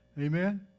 Amen